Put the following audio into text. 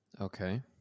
Okay